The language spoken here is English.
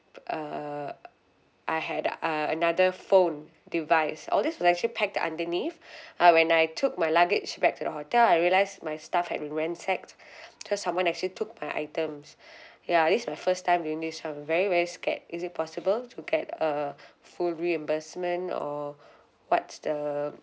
uh I had uh another phone device all these were actually packed underneath uh when I took my luggage back to the hotel I realize my stuff had been ransack because someone actually took my items ya this is my first time doing this so I'm very very scared is it possible to get a uh full reimbursement or what's the